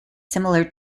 similar